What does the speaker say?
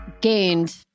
gained